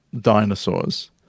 dinosaurs